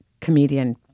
comedian